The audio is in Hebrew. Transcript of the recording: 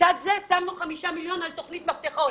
לצד זה שמנו חמישה מיליון על תכנית "מפתחות".